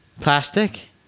Plastic